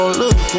look